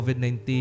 COVID-19